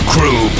Crew